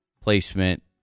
placement